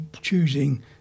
choosing